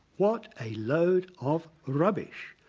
what a load of rubbish.